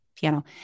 Piano